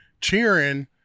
cheering